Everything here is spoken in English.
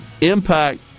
impact